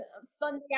Sunday